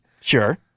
Sure